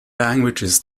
languages